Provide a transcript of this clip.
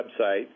website